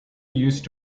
used